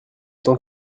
temps